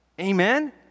Amen